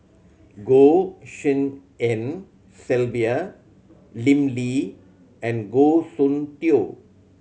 Goh Tshin En Sylvia Lim Lee and Goh Soon Tioe